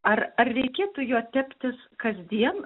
ar ar reikėtų juo teptis kasdien